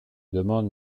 demande